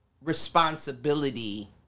responsibility